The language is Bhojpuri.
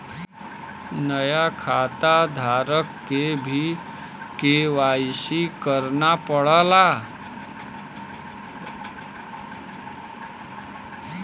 नया खाताधारक के भी के.वाई.सी करना पड़ला